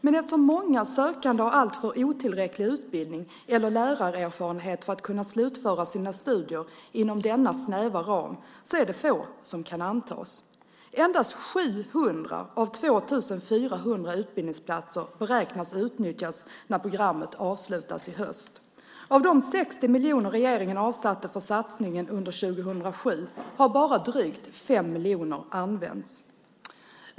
Men eftersom många sökande har alltför otillräcklig utbildning eller lärarerfarenhet för att kunna slutföra sina studier inom denna snäva ram är det få som kan antas. Endast 700 av 2 400 utbildningsplatser beräknas utnyttjas när programmet avslutas i höst. Av de 60 miljoner regeringen avsatte för satsningen under 2007 har bara drygt 5 miljoner använts.